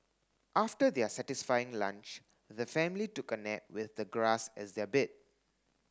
after their satisfying lunch the family took a nap with the grass as their bed